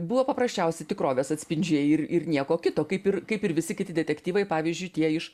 buvo paprasčiausi tikrovės atspindžiai ir ir nieko kito kaip ir kaip ir visi kiti detektyvai pavyzdžiui tie iš